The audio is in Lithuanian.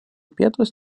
pietus